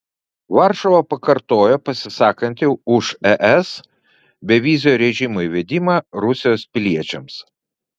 varšuva pakartojo pasisakanti už es bevizio režimo įvedimą rusijos piliečiams